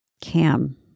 Cam